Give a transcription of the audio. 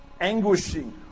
anguishing